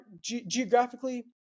geographically